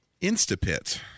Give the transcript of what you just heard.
Instapit